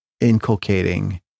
inculcating